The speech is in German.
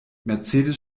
mercedes